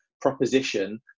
proposition